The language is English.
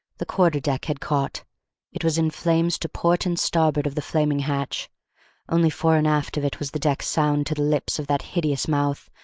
the quarter-deck had caught it was in flames to port and starboard of the flaming hatch only fore and aft of it was the deck sound to the lips of that hideous mouth,